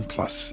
Plus